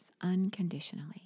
unconditionally